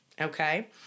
Okay